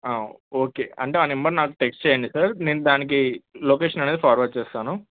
okay అంటే ఆ number నాకు టెక్స్ట్ చేయండి సార్ నేను దానికి లొకేషన్ అనేది ఫార్వర్డ్ చేస్తాను